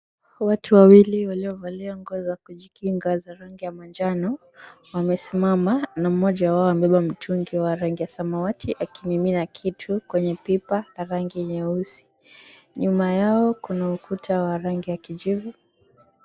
Watu wawili waliovalia nguo za kujikinga za rangi za rangi ya manjano wamesimama na mmoja wao amebeba mtungi wa rangi ya samawati akimimina kitu kwenye pipa la rangi nyeusi. Nyuma yao kuna ukuta wa rangi ya kijivu.